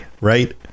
right